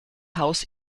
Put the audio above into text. haus